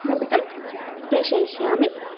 निमित्तं प्रेषयिष्यामि